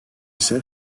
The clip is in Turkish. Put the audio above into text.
ise